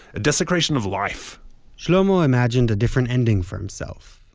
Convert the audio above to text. a desecration of life shlomo imagined a different ending for himself.